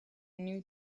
new